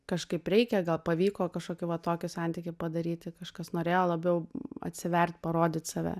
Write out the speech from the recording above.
kažkaip reikia gal pavyko kažkokį va tokį santykį padaryti kažkas norėjo labiau atsivert parodyt save